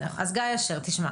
אשר,